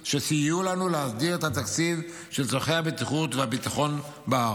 שסייעו לנו להסדיר את התקצוב של צורכי הבטיחות והביטחון בהר.